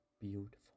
beautiful